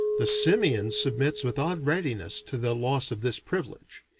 the simian submits with odd readiness to the loss of this privilege.